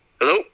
Hello